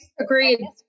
Agreed